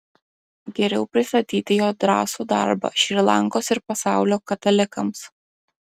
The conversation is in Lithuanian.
geriau pristatyti jo drąsų darbą šri lankos ir pasaulio katalikams